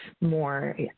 more